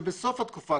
ובסוף התקופה,